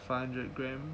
five hundred gram